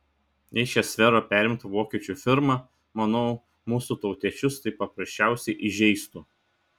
jei šią sferą perimtų vokiečių firma manau mūsų tautiečius tai paprasčiausiai įžeistų